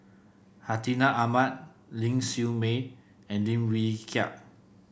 Hartinah Ahmad Ling Siew May and Lim Wee Kiak